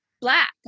black